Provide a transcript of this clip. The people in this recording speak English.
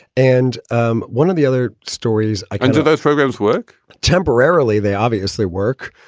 and um one of the other stories i into those programs work temporarily. they obviously work.